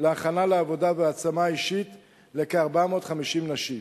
להכנה לעבודה בהעצמה אישית לכ-450 נשים.